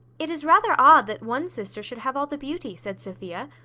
it is rather odd that one sister should have all the beauty, said sophia.